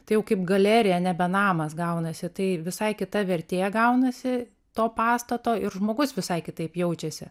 tai jau kaip galerija nebe namas gaunasi tai visai kita vertė gaunasi to pastato ir žmogus visai kitaip jaučiasi